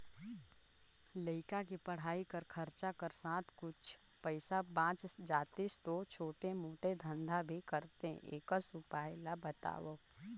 लइका के पढ़ाई कर खरचा कर साथ कुछ पईसा बाच जातिस तो छोटे मोटे धंधा भी करते एकस उपाय ला बताव?